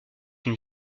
une